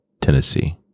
Tennessee